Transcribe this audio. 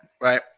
right